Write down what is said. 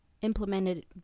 implemented